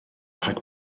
rhag